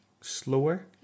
slower